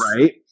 Right